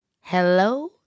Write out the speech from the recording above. hello